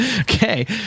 Okay